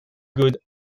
god